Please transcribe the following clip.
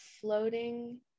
floating